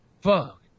fuck